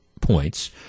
points